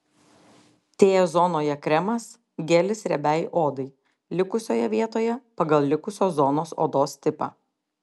t zonoje kremas gelis riebiai odai likusioje vietoje pagal likusios zonos odos tipą